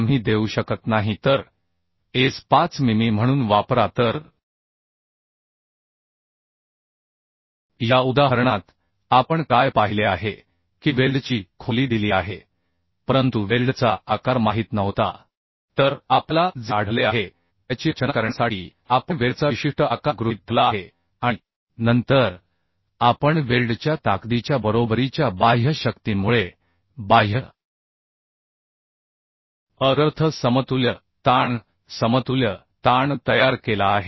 आम्ही देऊ शकत नाही तर एस 5 मिमी म्हणून वापरा तर या उदाहरणात आपण काय पाहिले आहे की वेल्डची खोली दिली आहे परंतु वेल्डचा आकार माहित नव्हता तर आपल्याला जे आढळले आहे त्याची रचना करण्यासाठी आपण वेल्डचा विशिष्ट आकार गृहीत धरला आहे आणि नंतर आपण वेल्डच्या ताकदीच्या बरोबरीच्या बाह्य शक्तींमुळे बाह्य अर्थ समतुल्य ताण समतुल्य ताण तयार केला आहे